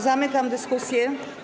Zamykam dyskusję.